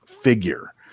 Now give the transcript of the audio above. figure